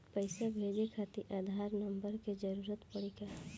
पैसे भेजे खातिर आधार नंबर के जरूरत पड़ी का?